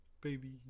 baby